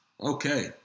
Okay